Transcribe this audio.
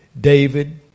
David